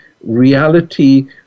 reality